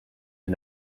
are